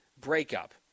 breakup